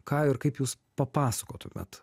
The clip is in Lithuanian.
ką ir kaip jūs papasakotumėt